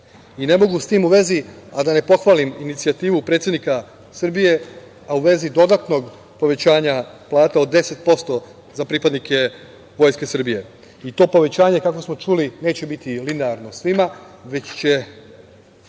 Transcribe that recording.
i ne mogu, s tim u vezi, a da ne pohvalim inicijativu predsednik Srbije, a u vezi dodatnog povećanja plata od 10% za pripadnike Vojske Srbije. To povećanje, kako smo čuli, neće biti linearno svima, već će,